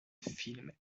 film